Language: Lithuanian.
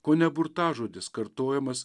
kone burtažodis kartojamas